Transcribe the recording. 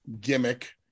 gimmick